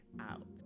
out